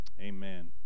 amen